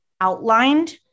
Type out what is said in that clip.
outlined